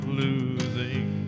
losing